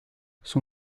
son